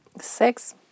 Six